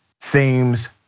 seems